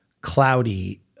Cloudy